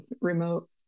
remote